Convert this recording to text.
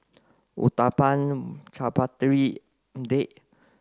Uthapam Chaat Papri Date